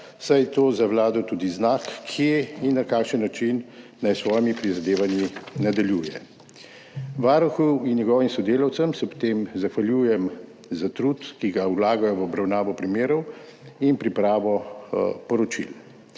saj je to za Vlado tudi znak, kje in na kakšen način naj s svojimi prizadevanji nadaljuje. Varuhu in njegovim sodelavcem se ob tem zahvaljujem za trud, ki ga vlagajo v obravnavo primerov in pripravo poročil.